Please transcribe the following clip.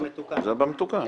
במתוקן.